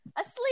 asleep